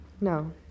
No